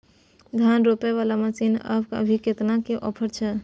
धान रोपय वाला मसीन पर अभी केतना के ऑफर छै?